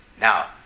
Now